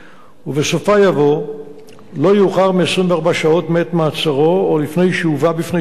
ובסופה יבוא "לא יאוחר מ-24 שעות מעת מעצרו או לפני שהובא בפני שופט,